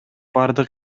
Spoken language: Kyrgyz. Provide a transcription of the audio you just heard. бардык